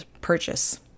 purchase